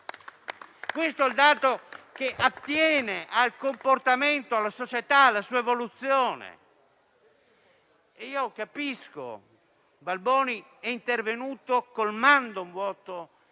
È un dato che appartiene al comportamento, alla società e alla sua evoluzione. Il senatore Balboni è intervenuto colmando un vuoto,